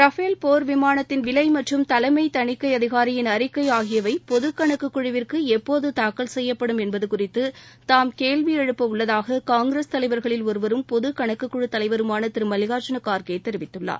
Rafale போா் விமானத்தின் விலை மற்றும் தலைமை தணிக்கை அதிகாரியின் அறிக்கை ஆகியவை பொதுக் கணக்கு குழுவிற்கு எப்போது தாக்கல் செய்யப்படும் என்பது குறித்து தாம் கேள்வி எழுப்ப உள்ளதாக காங்கிரஸ் தலைவர்களில் ஒருவரும் பொது கணக்குகுழு தலைவருமான திரு மல்லிகார்ஜுன் கார்கே தெரிவித்துள்ளார்